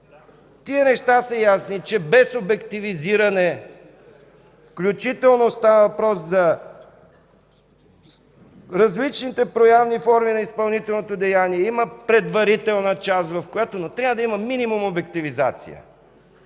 Тези неща са ясни – че без обективизиране включително става въпрос за различните проявни форми на изпълнителното деяние. Има предварителна част, но трябва да има минимум обективизация.